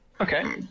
Okay